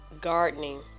gardening